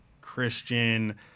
Christian